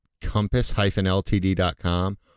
compass-ltd.com